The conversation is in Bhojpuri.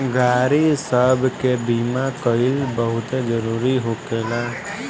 गाड़ी सब के बीमा कइल बहुते जरूरी होखेला